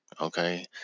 Okay